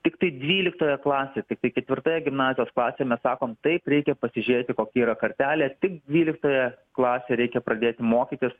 tiktai dvyliktoje klasėje tiktai ketvirtoje gimnazijos klasėj mes sakom taip reikia pasižiūrėti kokia yra kartelė tik dvyliktoje klasėje reikia pradėti mokytis